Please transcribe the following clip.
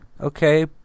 okay